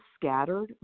scattered